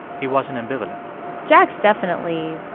he wasn't ambivalent jack's definitely